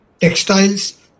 textiles